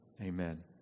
Amen